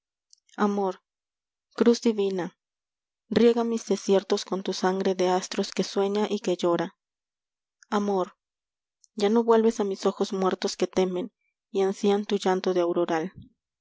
amor cruz divina riega mis desiertos con tu sangre de astros que suifia y que llora amor ya no vuelves a mis ojos muertos que temen y ansian tu llanto de aurora